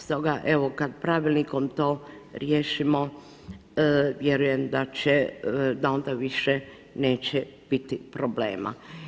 Stoga, evo kad pravilnikom to riješimo, vjerujem da onda više neće biti problema.